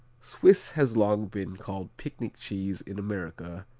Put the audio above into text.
swiss has long been called picnic cheese in america,